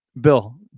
Bill